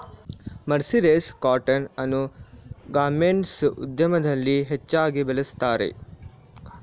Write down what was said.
mercerised cotton ಅನ್ನು garments ಉದ್ಯಮದಲ್ಲಿ ಹೆಚ್ಚಾಗಿ ಬಳ್ಸತ್ತರೆ